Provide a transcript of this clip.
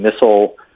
missile